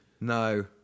No